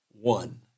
one